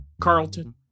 Carlton